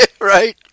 right